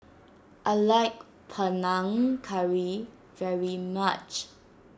I like Panang Curry very much